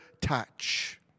touch